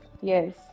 yes